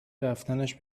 رفتنش